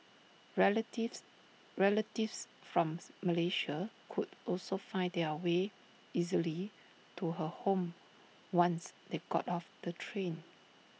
relatives relatives from Malaysia could also find their way easily to her home once they got off the train